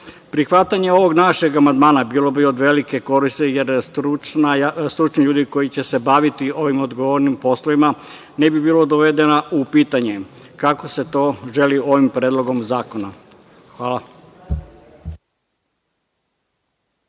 projekta. Prihvatanje ovog našeg amandman bilo bi od velike koristi, jer stručni ljudi koji će se baviti ovim odgovornim poslovima ne bi bila dovedena u pitanje, kako se to želi ovim predlogom zakona. Hvala.